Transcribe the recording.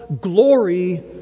glory